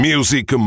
Music